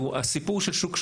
הסיפור של שוק שחור,